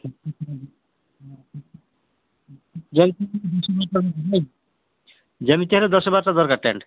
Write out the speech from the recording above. ଯେମିତି ହେଲେ ଦଶ ଦରକାର ଟେଣ୍ଟ୍